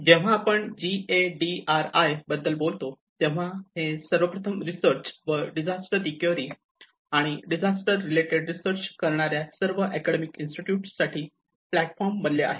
जेव्हा आपण G A D R I बद्दल बोलतो तेव्हा हे सर्व प्रथम रिसर्च व डिझास्टर रिकवरी आणि डिझास्टर रिलेटेड रिसर्च करणार्या सर्व अकॅडमिक इन्स्टिट्यूट साठी प्लॅटफॉर्म बनले आहे